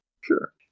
Sure